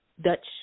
Dutch